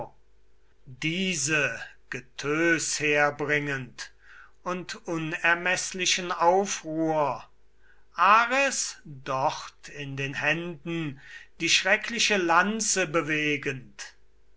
diese getös herbringend und unermeßlichen aufruhr ares dort in den händen die schreckliche lanze bewegend